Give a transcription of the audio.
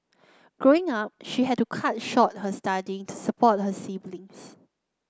Growing Up she had to cut short her studying to support her siblings